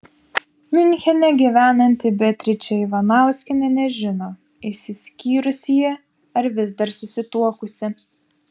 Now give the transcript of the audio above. miunchene gyvenanti beatričė ivanauskienė nežino išsiskyrusi ji ar vis dar susituokusi